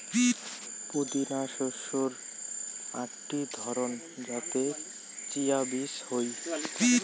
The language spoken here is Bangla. পুদিনা শস্যের আকটি ধরণ যাতে চিয়া বীজ হই